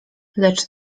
lecz